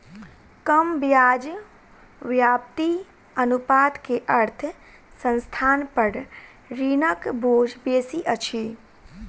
कम ब्याज व्याप्ति अनुपात के अर्थ संस्थान पर ऋणक बोझ बेसी अछि